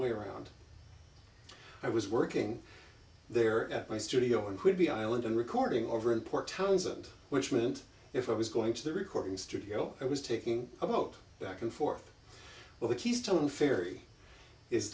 way around i was working there at my studio on whidbey island and recording over in port townsend which meant if i was going to the recording studio i was taking a boat back and forth well the keys to one ferry is